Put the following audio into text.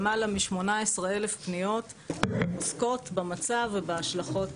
יותר מ-18,000 פניות עוסקות במצב ובהשלכות